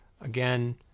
Again